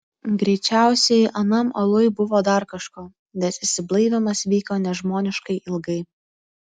greičiausiai anam aluj buvo dar kažko nes išsiblaivymas vyko nežmoniškai ilgai